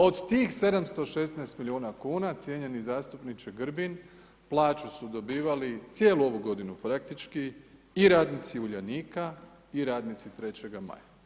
Od tih 716 milijuna kuna cijenjeni zastupniče Grbin plaću su dobivali cijelu ovu godinu praktički i radnici Uljanika i radnici 3. Maja.